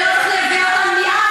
ולא צריך להביא מעזה.